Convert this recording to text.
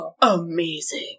Amazing